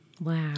Wow